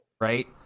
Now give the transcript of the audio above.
right